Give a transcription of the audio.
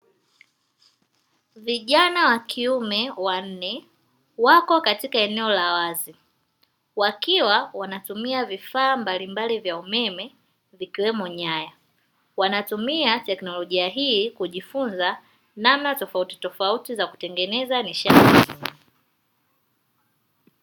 Vijana wa kiume wanne wako katika eneo la wazi wakiwa wanatumia vifaa mbalimbali vya umeme vikiwemo nyaya, wanatumia teknolojia hii kujifunza namna tofautitofauti za kutengeneza nishati.